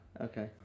okay